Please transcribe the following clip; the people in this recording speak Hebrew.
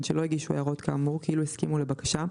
שלא הגישו הערות כאמור כאילו הסכימו לבקשה,